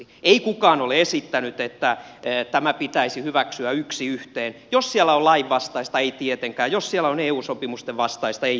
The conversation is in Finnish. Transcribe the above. ei kukaan ole esittänyt että tämä pitäisi hyväksyä yksi yhteen jos siellä on lainvastaista ei tietenkään ja jos siellä on eu sopimusten vastaista ei tietenkään